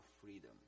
freedom